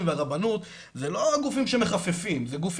והרבנות אלו לא גופים שמחפפים --- לא,